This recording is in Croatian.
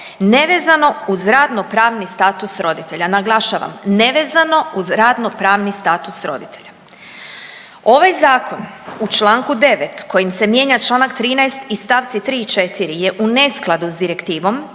nevezano uz radnopravni status roditelja, naglašavan nevezano uz radnopravni status roditelja. Ovaj zakon u čl. 9. kojim se mijenja čl. 13. i st. 3. i 4. je u neskladu s direktivom